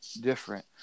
different